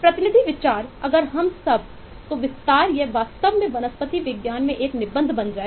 प्रतिनिधि विचार अगर हम यह सब तो विस्तार यह वास्तव में वनस्पति विज्ञान में एक निबंध बन जाएगा